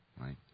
Right